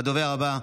הדובר הבא,